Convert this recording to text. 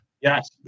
Yes